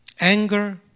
Anger